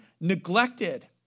neglected